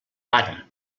para